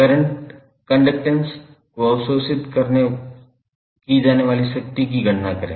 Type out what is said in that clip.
current conductance और अवशोषित की जाने वाली शक्ति की गणना करें